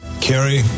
Carrie